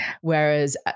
Whereas